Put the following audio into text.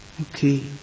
Okay